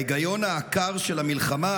ההיגיון העקר של המלחמה,